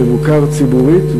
מבוקר ציבורית,